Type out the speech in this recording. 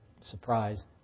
surprise